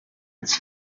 its